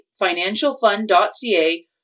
financialfund.ca